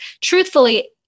truthfully